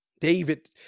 David